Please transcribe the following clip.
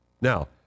Now